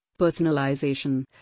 personalization